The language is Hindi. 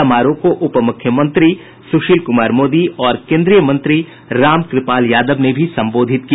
समारोह को उपमुख्यमंत्री सुशील कुमार मोदी और केन्द्रीय मंत्री रामकृपाल यादव ने भी संबोधित किया